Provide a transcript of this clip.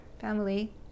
family